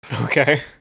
Okay